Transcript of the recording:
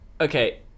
okay